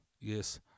yes